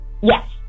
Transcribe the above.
Yes